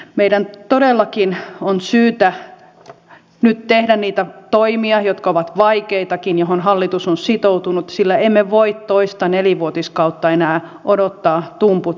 meidän todellakin on syytä nyt tehdä niitä toimia jotka ovat vaikeitakin joihin hallitus on sitoutunut sillä emme voi toista nelivuotiskautta enää odottaa tumput suorina